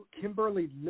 Kimberly